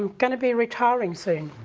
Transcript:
gonna be retiring soon.